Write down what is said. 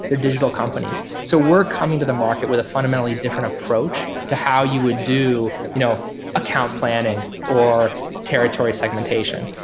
they're digital companies so we're coming to the market with a fundamentally different approach to how you would do you know account planning, or territory segmentation.